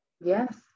Yes